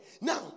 Now